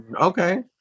Okay